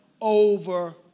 over